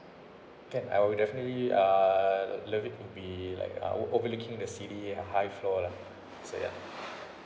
can I will definitely uh love it to be like uh over~ overlooking the city high floor lah so ya